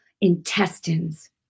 intestines